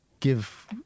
give